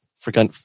forgot